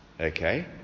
Okay